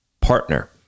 partner